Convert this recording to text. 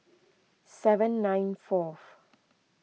seven nine fourth